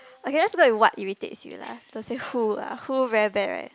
okay let's go with what irritates you lah don't say who lah who very bad right